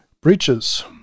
Breaches